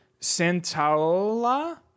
Santola